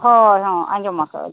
ᱦᱳᱭ ᱦᱳᱭ ᱟᱸᱡᱚᱢ ᱟᱠᱟᱞᱤᱧ